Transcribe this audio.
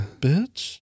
Bitch